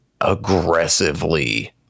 aggressively